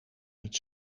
niet